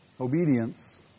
Obedience